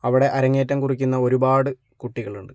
അവിടെ അരങ്ങേറ്റം കുറിക്കുന്ന ഒരുപാട് കുട്ടികളുണ്ട്